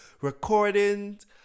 recordings